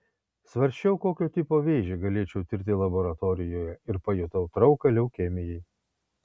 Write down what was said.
svarsčiau kokio tipo vėžį galėčiau tirti laboratorijoje ir pajutau trauką leukemijai